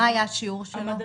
מה היה השיעור שלו?